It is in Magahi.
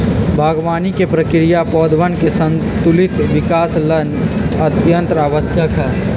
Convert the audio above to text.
बागवानी के प्रक्रिया पौधवन के संतुलित विकास ला अत्यंत आवश्यक हई